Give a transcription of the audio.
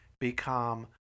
become